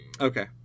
Okay